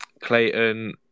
Clayton